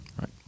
Right